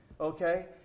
Okay